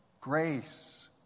Grace